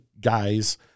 guys